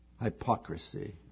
hypocrisy